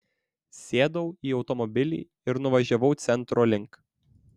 sėdau į automobilį ir nuvažiavau centro link